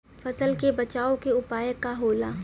फसल के बचाव के उपाय का होला?